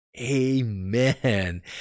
amen